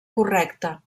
correcta